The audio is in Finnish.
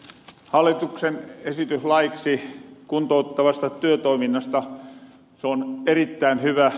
hallituksen esitys laiksi kuntouttavasta työtoiminnasta on erittäin hyvä